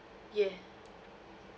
yeah